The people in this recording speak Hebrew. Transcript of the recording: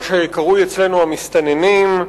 מה שקרוי אצלנו המסתננים,